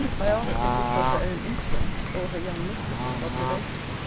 i asked if this was her own insolence, or her young mistress's observation?